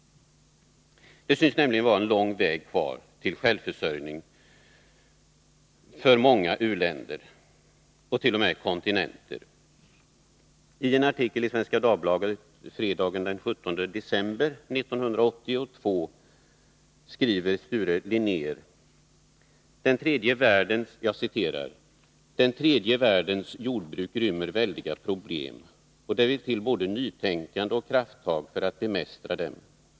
Det synes nämligen vara en lång väg kvar till självförsörjning för många u-länder och t.o.m. kontinenter. I en artikel i Svenska Dagbladet fredagen den 17 december 1982 skriver Sture Linnér: ”Den Tredje världens jordbruk rymmer väldiga problem, och det vill till både nytänkande och krafttag för att bemästra dem.